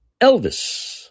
Elvis